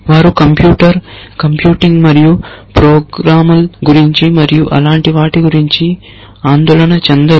వారు computer computing మరియు ప్రోగ్రామ్ల గురించి మరియు అలాంటి వాటి గురించి ఆందోళన చెందరు